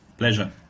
Pleasure